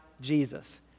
Jesus